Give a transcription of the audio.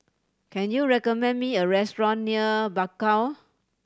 can you recommend me a restaurant near Bakau